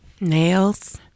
Nails